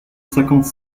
cinquante